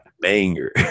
banger